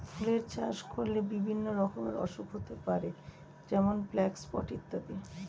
ফুলের চাষ করলে বিভিন্ন রকমের অসুখ হতে পারে যেমন ব্ল্যাক স্পট ইত্যাদি